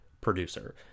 producer